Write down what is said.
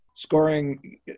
scoring –